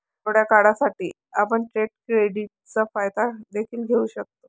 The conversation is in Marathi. थोड्या काळासाठी, आपण ट्रेड क्रेडिटचा फायदा देखील घेऊ शकता